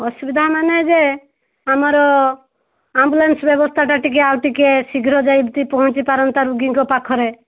ଅସୁବିଧା ମାନେ ଯେ ଆମର ଆମ୍ବୁଲାନ୍ସ ବ୍ୟବସ୍ତାଟା ଟିକିଏ ଆଉ ଟିକିଏ ଶୀଘ୍ର ଯାଇକି ପହଞ୍ଚିପାରନ୍ତା ରୋଗୀଙ୍କ ପାଖରେ